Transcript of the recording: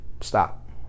Stop